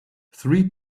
three